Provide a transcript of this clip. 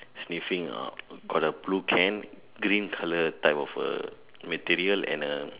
sniffing out got the blue can green colour type of a material and a